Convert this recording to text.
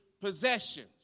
possessions